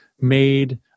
made